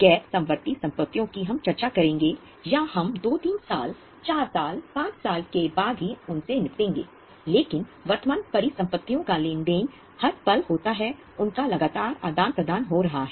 गैर समवर्ती संपत्तियों की हम चर्चा करेंगे या हम दो तीन साल चार साल पांच साल के बाद ही उनसे निपटेंगे लेकिन वर्तमान परिसंपत्तियों का लेन देन हर पल होता है उनका लगातार आदान प्रदान हो रहा है